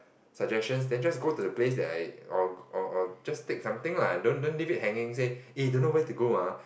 suggestion then just go to the place that I or or or just take something lah don't leave it hanging say eh don't know where to go ah